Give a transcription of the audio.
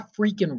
freaking